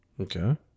Okay